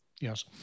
Yes